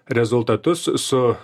rezultatus su